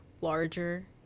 larger